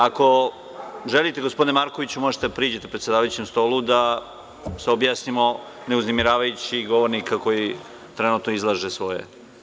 Ako želite gospodine Markoviću možete da priđete predsedavajućem stolu da se objasnimo ne uznemiravajući govornika koji trenutno izlaže po amandmanu.